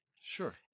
Sure